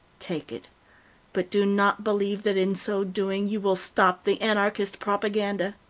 take it but do not believe that in so doing you will stop the anarchist propaganda.